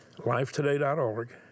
Lifetoday.org